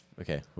Okay